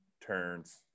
turns